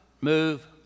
move